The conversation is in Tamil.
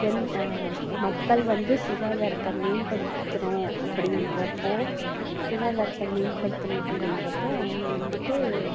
எந் மக்கள் வந்து சுகாதாரத்தை மேம்படுத்தணும் அப்படின்றப்போ சுகாதாரத்தை மேம்படுத்தணும் அப்படின்றப்போ அவங்க வந்துட்டு